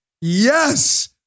Yes